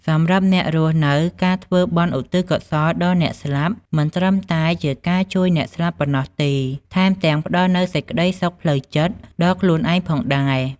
សម្រាប់អ្នករស់នៅ ការធ្វើបុណ្យឧទ្ទិសកុសលដល់អ្នកស្លាប់ មិនត្រឹមតែជាការជួយអ្នកស្លាប់ប៉ុណ្ណោះទេ ថែមទាំងផ្តល់នូវសេចក្តីសុខផ្លូវចិត្តដល់ខ្លួនឯងផងដែរ។